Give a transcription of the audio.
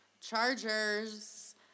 Chargers